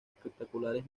espectaculares